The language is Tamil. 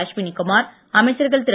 அஸ்வினி குமார் அமைச்சர்கள் திரு